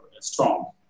strong